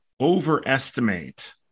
overestimate